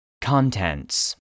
Contents